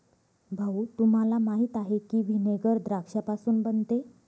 भाऊ, तुम्हाला माहीत आहे की व्हिनेगर द्राक्षापासून बनते